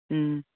ꯎꯝ